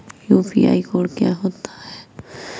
UPI code क्या होता है?